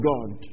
God